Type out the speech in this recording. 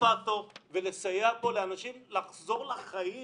פקטור ולסייע פה לאנשים לחזור לחיים